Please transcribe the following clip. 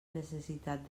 necessitat